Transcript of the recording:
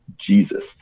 Jesus